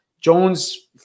Jones